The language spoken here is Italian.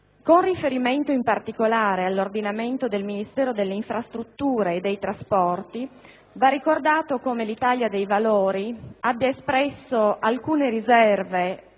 Con riferimento, in particolare, all'ordinamento del Ministero delle infrastrutture e dei trasporti, va ricordato come l'Italia dei Valori abbia espresso alcune riserve